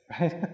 right